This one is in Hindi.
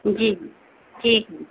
जी ठीक है